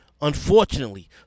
Unfortunately